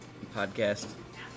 podcast